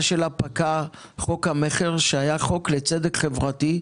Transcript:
שלה פקע חוק המכר שהיה חוק לצדק חברתי,